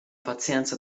pazienza